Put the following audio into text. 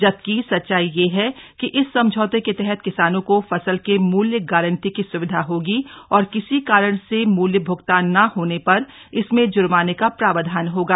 जबकि सच्चाई यह है कि इस समझौते के तहत किसानों को फसल के मूल्य गारंटी की सुविधा होगी औऱ किसी कारण से मूल्य भ्गतान न होने पर इसमें जुर्माने का प्रावधान होगा